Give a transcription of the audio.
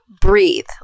breathe